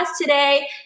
today